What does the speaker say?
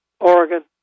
Oregon